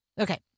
Okay